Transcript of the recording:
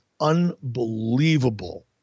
unbelievable